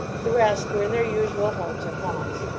the rest were in their usual homes or haunts.